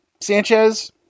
Sanchez